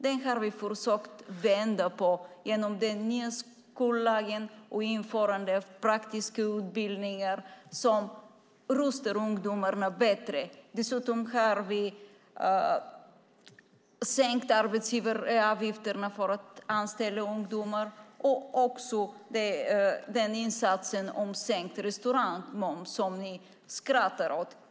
Detta har vi försökt vända genom den nya skollagen och genom införandet av praktiska utbildningar som rustar ungdomarna bättre. Dessutom har vi sänkt arbetsgivaravgifterna för att anställa ungdomar. Vi har också insatsen med sänkt restaurangmoms, som ni skrattar åt.